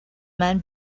men